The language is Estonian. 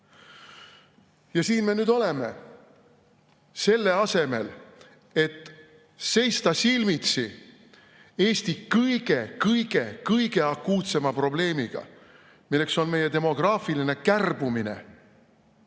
me nüüd oleme. Selle asemel, et seista silmitsi Eesti kõige‑kõige‑kõige akuutsema probleemiga, milleks on meie demograafiline kärbumine,